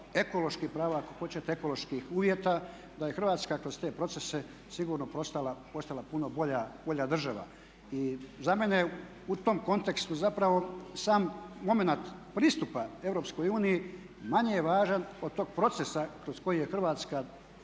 ekološki prvak ako hoćete ekoloških uvjeta, da je Hrvatska kroz te procese sigurno postala puno bolja država. I za mene je u tom kontekstu zapravo sam momenat pristupa EU manje je važan od tog procesa kroz koji je Hrvatska